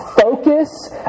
focus